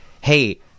hey